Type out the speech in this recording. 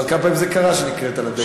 אבל כמה פעמים זה קרה שנקראת לדגל?